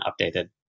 updated